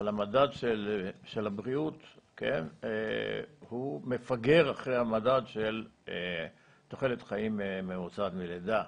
אבל המדד של הבריאות מפגר אחרי המדד של תוחלת חיים ממוצעת מלידה.